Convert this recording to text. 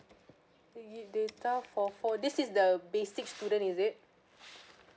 thirty gig data for for this is the basic student is it